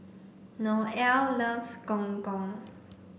Noelle loves gong gong